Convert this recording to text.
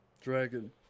Dragon